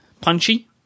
punchy